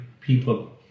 people